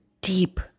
deep